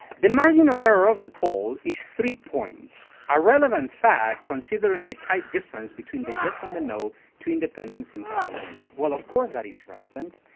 the margin of error of the poll is three points. a relevant fact, considering the time difference between the yes and no to independence in catalonia. well, of course that is relevant.